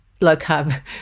Low-carb